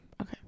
Okay